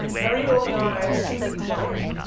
very early on i had a soup client,